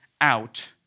out